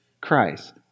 Christ